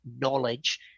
knowledge